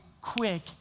quick